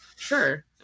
Sure